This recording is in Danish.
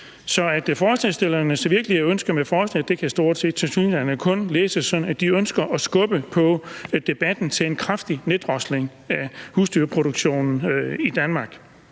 Så hvad forslagsstillerne i virkeligheden ønsker med forslaget, kan stort set kun læses sådan, at de ønsker at skubbe på debatten om en kraftig neddrosling af husdyrproduktionen i Danmark.